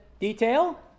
detail